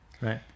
right